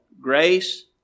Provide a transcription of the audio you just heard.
grace